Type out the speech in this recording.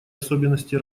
особенности